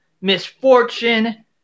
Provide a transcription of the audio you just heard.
misfortune